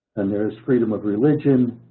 and there is freedom of religion,